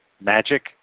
magic